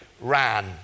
ran